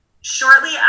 shortly